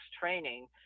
training